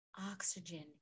oxygen